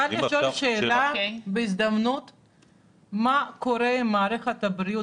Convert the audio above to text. מה קורה עם מערכת הבריאות?